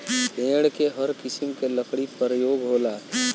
पेड़ क हर किसिम के लकड़ी परयोग होला